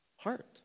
heart